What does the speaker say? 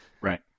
Right